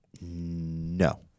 No